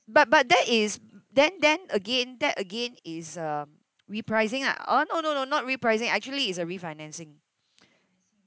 but but that is then then again that again is uh repricing ah oh no no no not repricing actually is a refinancing